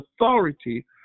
authority